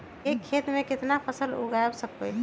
एक खेत मे केतना फसल उगाय सकबै?